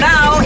Now